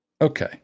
Okay